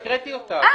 אבל